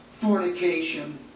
fornication